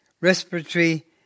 respiratory